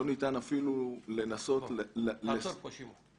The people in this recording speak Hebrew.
לא ניתן אפילו לנסות --- תעצור פה שמעון.